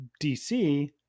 DC